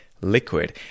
liquid